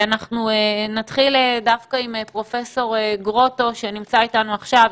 נתחיל דווקא עם פרופ' גרוטו שנמצא איתנו עכשיו,